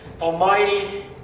Almighty